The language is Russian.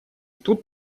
тут